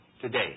today